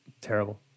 Terrible